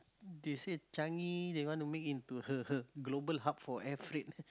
they say Changi they want to make into her her global hub for air freight